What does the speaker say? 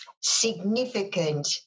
significant